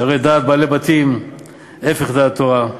שהרי דעת בעלי-בתים הפך דעת תורה.